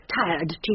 tired